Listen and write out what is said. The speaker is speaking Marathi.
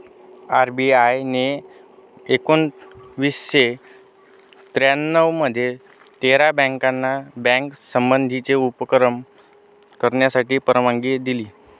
आर.बी.आय ने एकोणावीसशे त्र्यानऊ मध्ये तेरा बँकाना बँक संबंधीचे उपक्रम करण्यासाठी परवानगी दिली